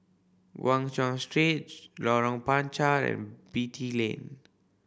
Guan Chuan Street Lorong Panchar and Beatty Lane